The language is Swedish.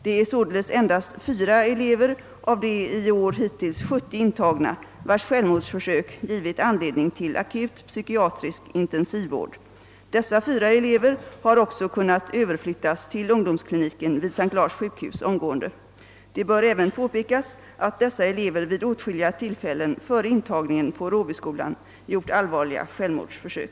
Det är således endast fyra elever av de i år hittills 70 intagna vilkas självmordsförsök givit anledning till akut psykiatrisk intensivvård. Dessa fyra elever har också omedelbart kunnat överflyttas till ungdomskliniken vid S:t Lars sjukhus. Det bör även påpekas att dessa elever vid åtskilliga tillfällen före intagningen på Råbyskolan har gjort allvarliga självmordsförsök.»